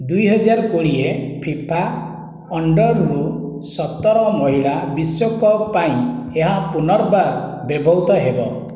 ଦୁଇହଜାର କୋଡ଼ିଏ ଫିଫା ଅଣ୍ଡରୁ ସତର ମହିଳା ବିଶ୍ୱକପ୍ ପାଇଁ ଏହା ପୁନର୍ବାର ବ୍ୟବହୃତ ହେବ